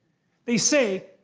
they say,